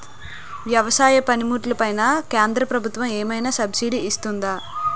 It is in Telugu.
వ్యవసాయ పనిముట్లు పైన కేంద్రప్రభుత్వం ఏమైనా సబ్సిడీ ఇస్తుందా?